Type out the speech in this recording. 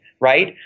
right